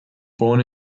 born